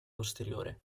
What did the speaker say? posteriore